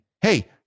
hey